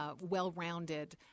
well-rounded